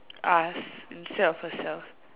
us instead of herself